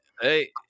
Hey